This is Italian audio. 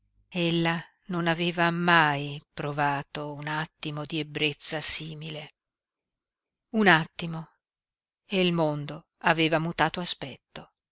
ella non aveva mai provato un attimo di ebbrezza simile un attimo e il mondo aveva mutato aspetto